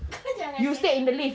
kau jangan cakap